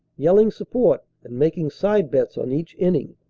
yelling support and making side-bets on each inning.